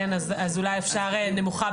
אז אולי אפשר נמוכה,